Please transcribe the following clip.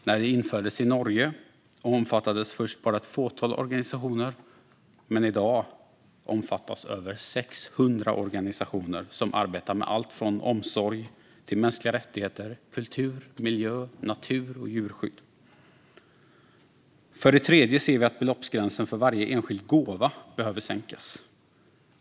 När det infördes i Norge omfattades först bara ett fåtal organisationer, men i dag omfattas över 600 organisationer som arbetar med allt från omsorg till mänskliga rättigheter, kultur, miljö, natur och djurskydd. För det tredje anser vi att beloppsgränsen för varje enskild gåva behöver sänkas.